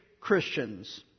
Christians